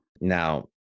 Now